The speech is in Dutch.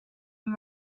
hun